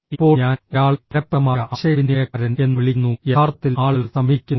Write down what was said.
ഇപ്പോൾ ഞാൻ ഒരാളെ ഫലപ്രദമായ ആശയവിനിമയക്കാരൻ എന്ന് വിളിക്കുന്നു യഥാർത്ഥത്തിൽ ആളുകൾ സമീപിക്കുന്നു